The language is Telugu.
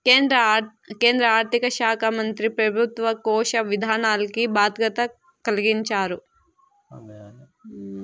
కేంద్ర ఆర్థిక శాకా మంత్రి పెబుత్వ కోశ విధానాల్కి బాధ్యత కలిగించారు